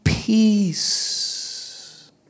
Peace